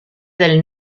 del